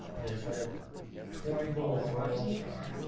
so like ah twenty bullets my all-star